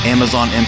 Amazon